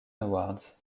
awards